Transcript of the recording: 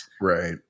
Right